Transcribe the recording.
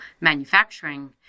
manufacturing